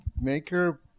maker